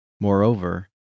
Moreover